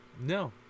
No